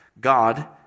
God